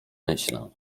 myślę